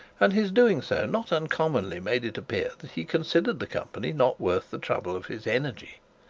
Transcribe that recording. and his doing so not uncommonly made it appear that he considered the company not worth the trouble of his energy.